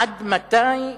עד מתי אני,